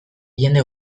jende